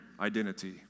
identity